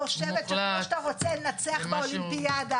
אני חושבת שכמו שאתה רוצה לנצח באולימפיאדה,